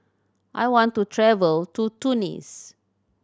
I want to travel to Tunis